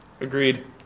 Agreed